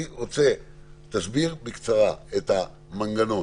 תסביר בקצרה את המנגנון,